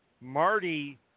Marty